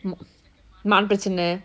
மான பிரச்சனை:maana prachanai